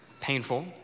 painful